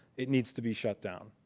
it needs to be shut down.